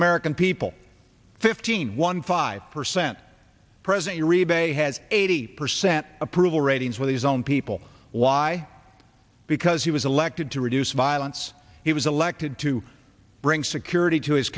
american people fifteen one five percent present your e bay has eighty percent approval ratings with his own people why because he was elected to reduce violence he was elected to bring security to his